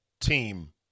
team